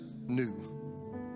new